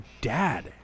dad